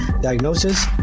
diagnosis